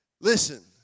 Listen